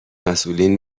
مسئولین